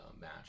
match